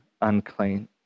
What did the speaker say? unclean